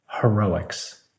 heroics